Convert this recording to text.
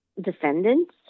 defendants